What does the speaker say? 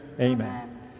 Amen